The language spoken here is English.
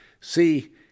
see